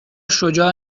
شجاع